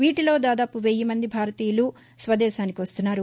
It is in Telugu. వీటిలో దాదాపు వెయ్యి మంది భారతీయులు స్వదేశానికి వస్తున్నారు